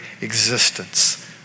existence